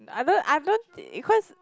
I don't I don't because